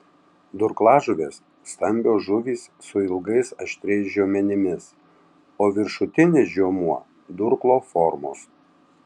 durklažuvės stambios žuvys su ilgais aštriais žiomenimis o viršutinis žiomuo durklo formos